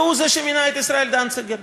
והוא זה שמינה את ישראל דנציגר.